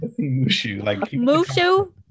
Mushu